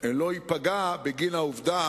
לא ייפגע בגין העובדה